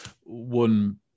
one